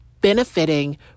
benefiting